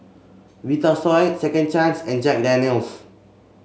Vitasoy Second Chance and Jack Daniel's